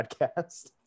podcast